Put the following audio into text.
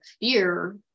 fear